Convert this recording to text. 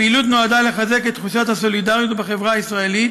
3. הפעילות נועדה לחזק את תחושת הסולידריות בחברה הישראלית